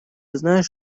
знаешь